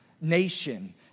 nation